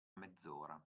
mezz’ora